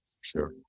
sure